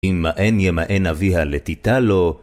אם מאן ימאן אביה לתיתה לו,